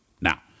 Now